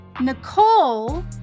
nicole